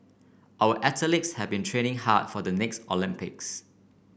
our athletes have been training hard for the next Olympics